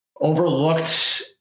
overlooked